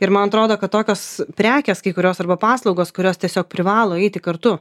ir man atrodo kad tokios prekės kai kurios arba paslaugos kurios tiesiog privalo eiti kartu